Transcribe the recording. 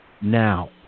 now